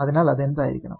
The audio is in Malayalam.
അതിനാൽ അത് എന്തായിരിക്കണം